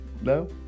No